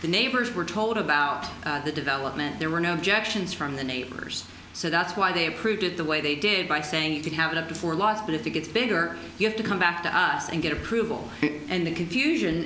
the neighbors were told about the development there were no objections from the neighbors so that's why they approved it the way they did by saying to have it up before last if it gets bigger you have to come back to us and get approval and the confusion